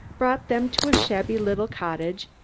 brought them to a shabby little cottage,